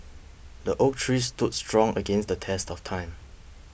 the oak tree stood strong against the test of time